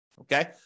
okay